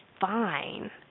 fine